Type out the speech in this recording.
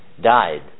died